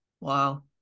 wow